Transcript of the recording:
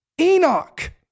enoch